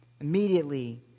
Immediately